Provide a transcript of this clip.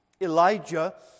Elijah